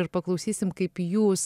ir paklausysim kaip jūs